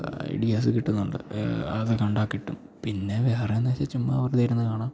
ideas കിട്ടുന്നുണ്ട് അത് കണ്ടാൽ കിട്ടും പിന്നെ വേറേന്ന് വച്ചാൽ ചുമ്മാ വെറുതെ ഇരുന്ന് കാണാം